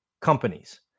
companies